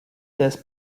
this